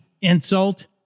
insult